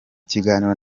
kiganiro